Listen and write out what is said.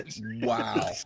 wow